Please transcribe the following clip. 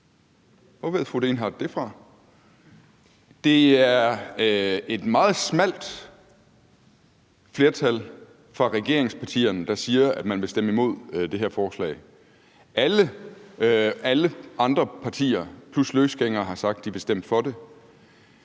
Lorentzen Dehnhardt det fra? Det er et meget smalt flertal fra regeringspartierne, der siger, at man vil stemme imod det her forslag. Alle andre partier plus løsgængere har sagt, at de vil stemme for det.